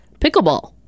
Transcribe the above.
Pickleball